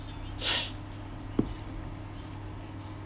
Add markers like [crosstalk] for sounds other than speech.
[breath]